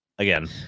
Again